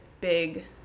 big